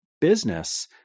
business